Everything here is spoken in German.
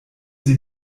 sie